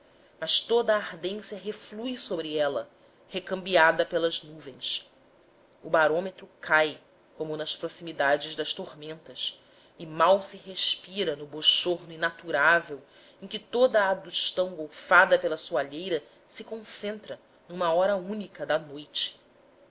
mas toda a ardência reflui sobre ela recambiada pelas nuvens o barômetro cai como nas proximidades das tormentas e mal se respira no bochorno inaturável em que toda a adustão golfada pela soalheira se concentra numa hora única da noite